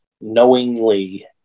knowingly